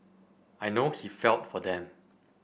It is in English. I know he felt for them